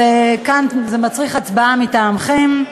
כאן זה מצריך הצבעה מטעמכם.